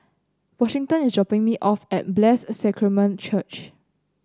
Washington is dropping me off at Blessed Sacrament Church